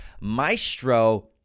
maestro